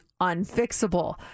unfixable